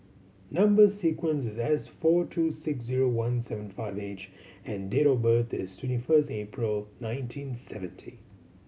number sequence is S four two six zero one seven five H and date of birth is twenty first April nineteen seventy